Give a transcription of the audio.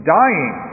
dying